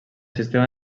sistema